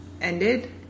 ended